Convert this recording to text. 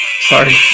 Sorry